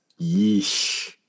Yeesh